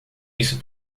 isso